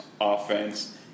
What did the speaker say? offense